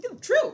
True